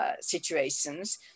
situations